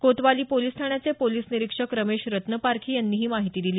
कोतवाली police ठाण्याचे police निरिक्षक रमेश रत्नपारखी यांनी ही माहिती दिली